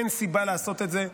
אין סיבה לעשות את זה.